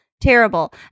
Terrible